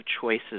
choices